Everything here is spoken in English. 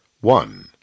one